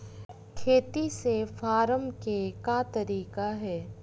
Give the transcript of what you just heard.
खेती से फारम के का तरीका हे?